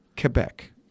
Quebec